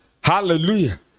hallelujah